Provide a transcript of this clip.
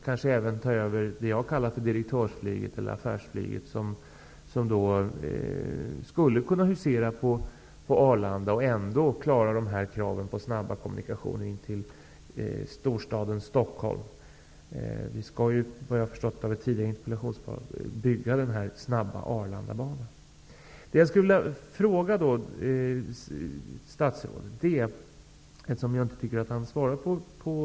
Det jag kallar direktörsflyget, eller affärsflyget, skulle kunna husera på Arlanda, och man skulle ändå klara kravet på snabba kommunikationer in till storstaden Stockholm. Vi skall ju bygga den snabba Arlandabanan, efter vad jag har förstått av ett tidigare interpellationssvar. Jag tycker inte att statsrådet svarar på min tredje fråga i interpellationen.